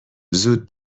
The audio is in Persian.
زود